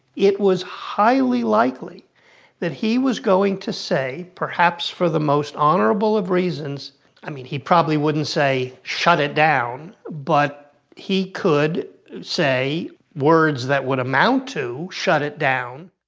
it was highly likely that he was going to say perhaps for the most honorable of reasons i mean, he probably wouldn't say shut it down, but he could say words that would amount to shut it down.